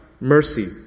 mercy